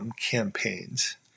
campaigns